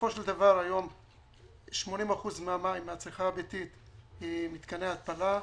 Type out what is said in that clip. בסופו של דבר היום 80% מהמים מהצריכה הביתית היא ממתקני התפלה.